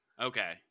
Okay